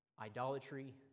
Idolatry